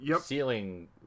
ceiling